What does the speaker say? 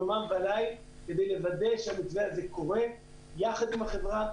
יומם וליל כדי לוודא שהמתווה הזה קורה יחד עם החברה,